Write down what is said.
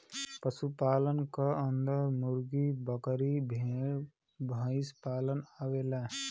पशु पालन क अन्दर मुर्गी, बकरी, भेड़, भईसपालन आवेला